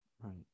Right